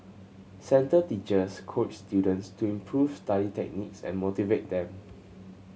centre teachers coach students to improve study techniques and motivate them